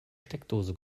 steckdose